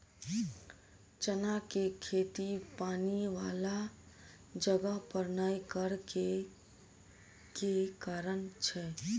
चना केँ खेती पानि वला जगह पर नै करऽ केँ के कारण छै?